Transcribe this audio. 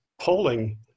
Polling